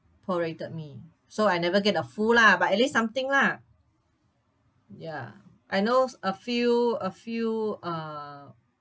pro-rated me so I never get the full lah but at least something lah ya I know s~ a few a few uh